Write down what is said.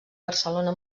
barcelona